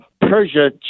Persia